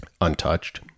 untouched